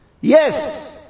Yes